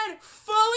fully